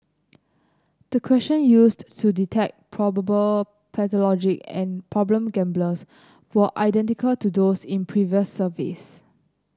the question used to detect probable pathological and problem gamblers were identical to those in previous surveys